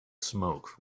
smoke